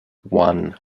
one